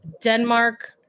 Denmark